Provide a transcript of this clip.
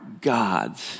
God's